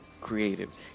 creative